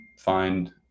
find